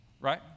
Right